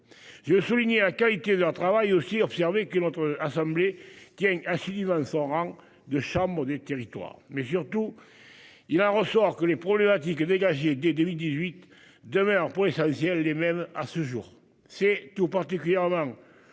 je souligner à qualité d'un travail aussi observé que notre assemblée qui assis dans son rang de chambre des territoires, mais surtout il en ressort que les problématiques dégager dès 2018 demeure pour l'essentiel les mêmes à ce jour. C'est tout particulièrement